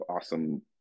awesome